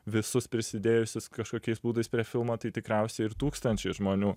visus prisidėjusius kažkokiais būdais prie filmo tai tikriausiai ir tūkstančiai žmonių